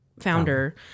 founder